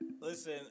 Listen